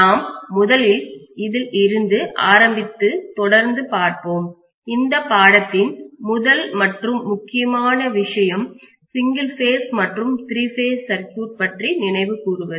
நாம் முதலில் இதில் இருந்து ஆரம்பித்து தொடர்ந்து பார்ப்போம் இந்தப் பாடத்தின் முதல் மற்றும் முக்கியமான விஷயம் சிங்கிள் பேஸ் மற்றும் திரி பேஸ் சர்க்யூட் பற்றி நினைவு கூறுவது